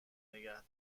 نگه